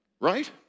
right